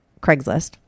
Craigslist